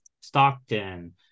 Stockton